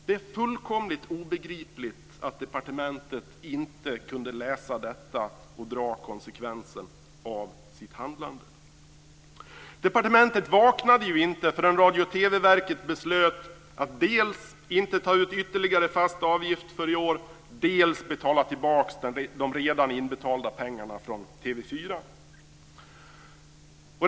Det är alltså fullkomligt obegripligt att departementet inte kunde läsa detta och ta konsekvenserna av sitt handlande. Departementet vaknade inte förrän Radio och TV-verket beslöt att dels inte ta ut ytterligare fast avgift för i år, dels betala tillbaka redan inbetalda pengar från TV 4.